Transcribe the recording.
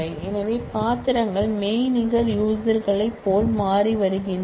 எனவே பாத்திரங்கள் மெய்நிகர் யூசர்களைப் போல மாறி வருகின்றன